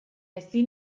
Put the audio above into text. ezin